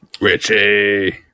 Richie